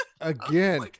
Again